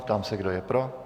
Ptám se, kdo je pro.